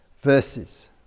verses